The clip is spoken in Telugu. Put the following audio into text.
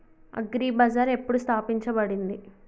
అగ్రి బజార్ ఎప్పుడు స్థాపించబడింది?